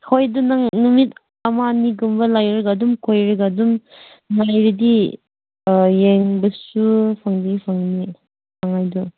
ꯍꯣꯏ ꯑꯗꯣ ꯅꯪ ꯅꯨꯃꯤꯠ ꯑꯃ ꯑꯅꯤꯒꯨꯝꯕ ꯂꯩꯔꯒ ꯑꯗꯨꯝ ꯀꯣꯏꯔꯒ ꯑꯗꯨꯝ ꯂꯩꯔꯗꯤ ꯌꯦꯡꯕꯁꯨ ꯐꯪꯗꯤ ꯐꯪꯒꯅꯤ ꯐꯪꯉꯣꯏꯗ꯭ꯔꯣ